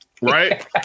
right